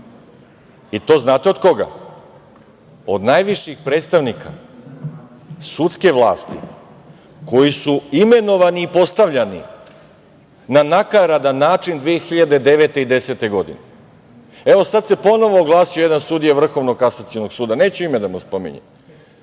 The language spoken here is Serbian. I to znate od koga? Od najviših predstavnika sudske vlasti koji su imenovani i postavljani na nakaradan način 2009. i 2010. godine. Evo sada se ponovo oglasio jedan sudija Vrhovnog kasacionog suda, neću ime da mu spominjem,